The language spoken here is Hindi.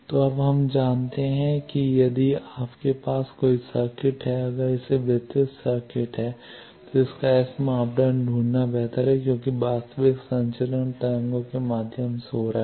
तो अब आप जानते हैं कि यदि आपके पास कोई सर्किट है अगर इसे वितरित सर्किट है तो इसका एस मापदंड ढूंढना बेहतर है क्योंकि वास्तविक संचरण तरंगों के माध्यम से हो रहा है